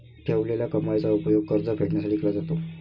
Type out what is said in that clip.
ठेवलेल्या कमाईचा उपयोग कर्ज फेडण्यासाठी केला जातो